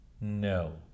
no